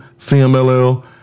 CMLL